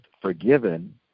forgiven